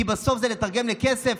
כי בסוף זה לתרגם לכסף,